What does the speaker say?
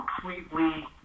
completely